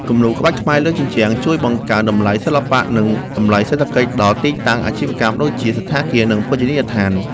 គំនូរក្បាច់ខ្មែរលើជញ្ជាំងជួយបង្កើនតម្លៃសិល្បៈ និងតម្លៃសេដ្ឋកិច្ចដល់ទីតាំងអាជីវកម្មដូចជា សណ្ឋាគារ និងភោជនីយដ្ឋាន។